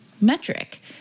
metric